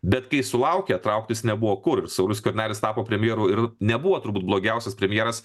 bet kai sulaukė trauktis nebuvo kur ir saulius skvernelis tapo premjeru ir nebuvo turbūt blogiausias premjeras